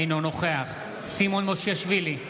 אינו נוכח סימון מושיאשוילי,